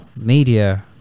media